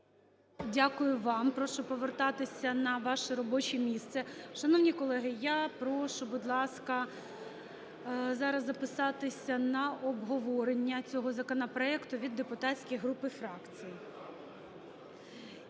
Дякую вам. Прошу повертатися на ваше робоче місце. Шановні колеги, я прошу, будь ласка, зараз записатися на обговорення цього законопроекту від депутатських груп і фракцій.